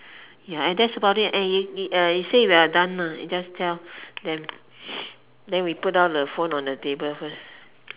ya and that's about it and you you say we are done lah you just tell them then we put down the phone on the table first